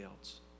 else